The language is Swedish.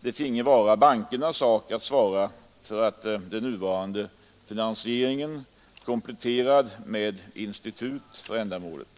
det finge vara bankernas sak att svara för finansieringen, kompletterad med institut för ändamålet.